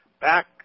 back